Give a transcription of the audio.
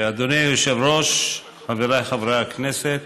אדוני היושב-ראש, חבריי חברי הכנסת,